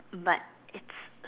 but it's